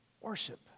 Worship